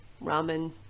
ramen